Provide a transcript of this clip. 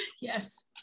yes